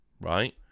right